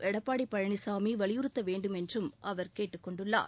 எடப்பாடி பழனிசாமி வலியுறுத்தவேண்டுமென்றும் அவர் கேட்டுக் கொண்டுள்ளார்